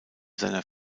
seiner